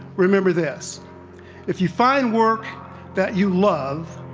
remember this if you find work that you love,